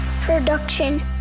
Production